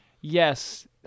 yes